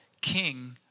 King